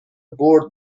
برد